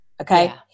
Okay